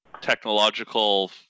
technological